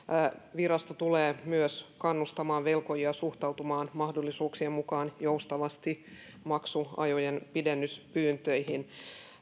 virasto tulee myös kannustamaan velkojia suhtautumaan mahdollisuuksien mukaan joustavasti maksuaikojen pidennyspyyntöihin